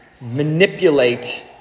manipulate